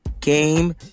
game